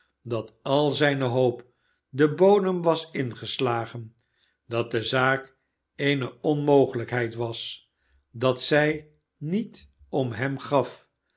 dat al zijne hoop den bodem was uigeslagen dat de zaak eene onmogelijkheid was dat zij niet om hem gaf